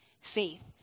faith